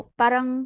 parang